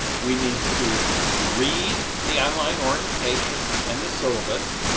we need to read the online orientation and the syllabus.